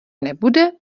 nebude